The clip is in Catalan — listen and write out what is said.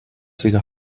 siga